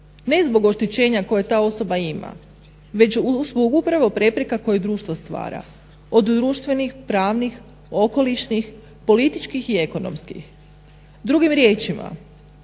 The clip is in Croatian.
Ne zbog oštećenja koje ta osoba ima već zbog upravo prepreka koje društvo stvara od društvenih, pravnih, okolišnih, političkih i ekonomskih. Drugim riječima